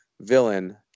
villain